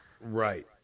Right